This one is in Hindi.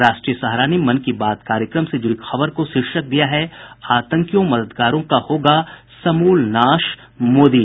राष्ट्रीय सहारा ने मन की बात कार्यक्रम से जुड़ी खबर को शीर्षक दिया है आतंकियों मददगारों का होगा समूल नाश मोदी